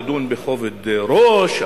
תדון בכובד ראש,